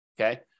Okay